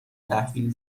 تحویل